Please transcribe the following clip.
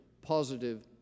positive